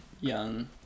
young